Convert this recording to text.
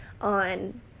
on